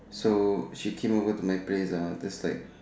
so she came over to my place ah just like